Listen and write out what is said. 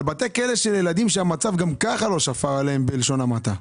על בתי כלא לילדים שגם כך המצב לא שפר עליהם בלשון המעטה.